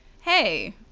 hey